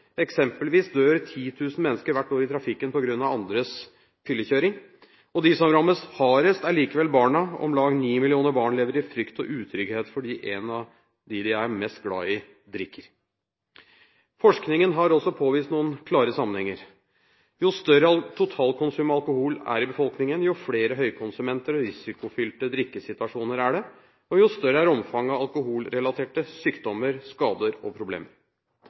Eksempelvis dør 10 000 mennesker hvert år i trafikken på grunn av andres fyllekjøring. De som er hardest rammet, er likevel barna. Om lag 9 millioner barn lever i frykt og utrygghet fordi en av dem de er mest glad i, drikker. Forskningen har også påvist noen klare sammenhenger: Jo større totalkonsumet av alkohol er i befolkningen, jo flere høykonsumenter og risikofylte drikkesituasjoner er det, og jo større er omfanget av alkoholrelaterte sykdommer, skader og problemer.